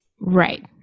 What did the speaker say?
Right